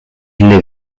live